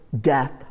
death